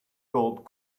gold